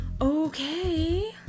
Okay